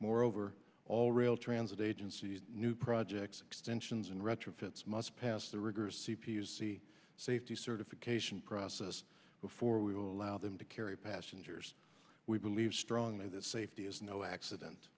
moreover all rail transit agency new projects extensions and retrofits must pass the rigorous c p c safety certification process before we will allow them to carry passengers we believe strongly that safety is no accident